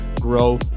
grow